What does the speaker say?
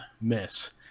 Miss